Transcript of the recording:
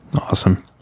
Awesome